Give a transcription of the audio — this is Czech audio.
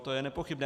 To je nepochybné.